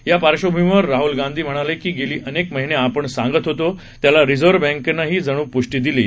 या पार्श्वभूमीवर राहल गांधी म्हणाले की गेली अनेक महिने आपण सांगत होतो त्याला रिझर्व बँकेनं ही जण् पृष्टी दिली आहे